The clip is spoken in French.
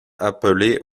appelait